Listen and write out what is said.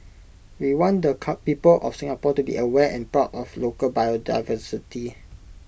we want the cup people of Singapore to be aware and proud of local biodiversity